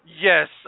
yes